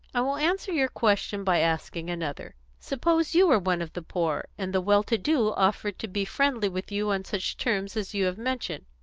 i will answer your question by asking another. suppose you were one of the poor, and the well-to-do offered to be friendly with you on such terms as you have mentioned,